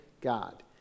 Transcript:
God